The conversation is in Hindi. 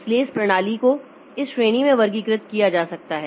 इसलिए इस प्रणाली को इस श्रेणी में वर्गीकृत किया जा सकता है